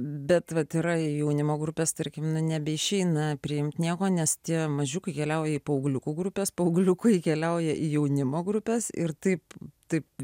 bet vat yra jaunimo grupės tarkim nebeišeina priimt nieko nes tie mažiukai keliauja į paaugliukų grupės paaugliukai keliauja į jaunimo grupes ir taip taip